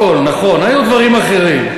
לא הכול, נכון, היו דברים אחרים.